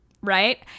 right